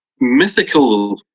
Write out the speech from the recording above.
mythical